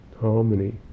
harmony